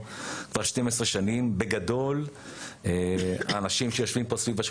כולל בתיכון, כולל בבתי